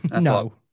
No